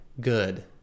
good